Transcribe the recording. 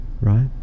Right